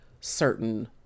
certain